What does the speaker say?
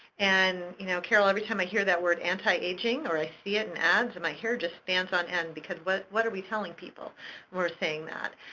and you know carol, every time i hear that word anti-aging, or i see it in ads, my hair just stands on end, because what what are we telling people when we're saying that?